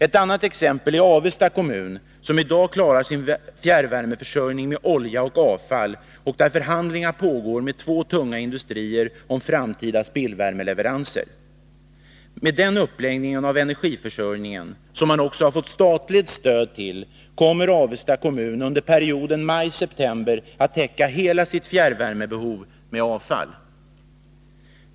Ett annat exempel är Avesta kommun, som i dag klarar sin fjärrvärmeförsörjning med olja och avfall och där förhandlingar pågår med två tunga industrier om framtida spillvärmeleveranser. Med denna uppläggning av energiförsörjningen, som man också har fått statligt stöd till, kommer Avesta kommun under perioden maj-september att täcka hela sitt fjärrvärmebehov med avfall.